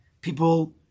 People